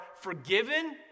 forgiven